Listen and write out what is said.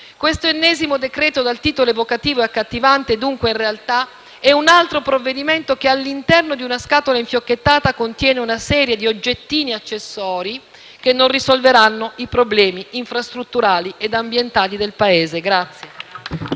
Questo ennesimo provvedimento dal titolo evocativo e accattivante in realtà è un altro atto che, all'interno di una scatola infiocchettata, contiene una serie di oggettini accessori che non risolveranno i problemi infrastrutturali ed ambientali del Paese.